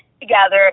together